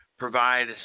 provide